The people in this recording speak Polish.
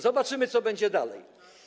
Zobaczymy, co będzie dalej.